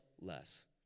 less